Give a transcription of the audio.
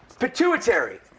pituitary.